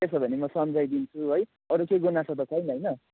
त्यसो हो भने म सम्झाइदिन्छु है अरू केही गुनासो त छैन होइन